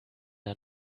der